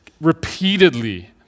repeatedly